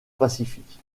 pacifique